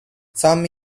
some